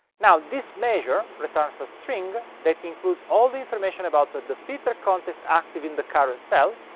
now, this measure returns the string that includes all the information about the the filter context active in the current cell.